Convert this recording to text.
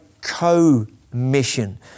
co-mission